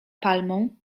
palmą